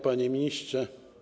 Panie Ministrze!